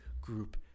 group